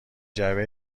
جعبه